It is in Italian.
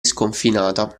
sconfinata